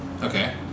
Okay